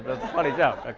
funny joke,